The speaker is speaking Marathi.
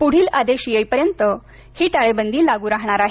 पुढील आदेश येईपर्यंत ही टाळेबंदी लागू राहणार आहे